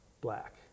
black